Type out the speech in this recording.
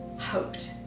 hoped